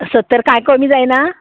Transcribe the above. सत्तर कांय कमी जायना